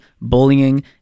bullying